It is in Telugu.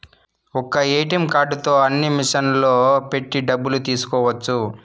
ఒక్క ఏటీఎం కార్డుతో అన్ని మిషన్లలో పెట్టి డబ్బులు తీసుకోవచ్చు